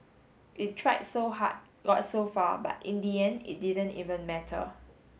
it tried so hard got so far but in the end it didn't even matter